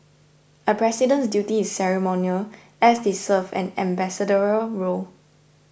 a president's duty is ceremonial as they serve an ambassadorial role